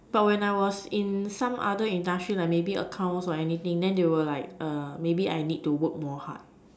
but when I was some other industries like maybe accounts or anything then they were like maybe I need to work more hard